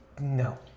No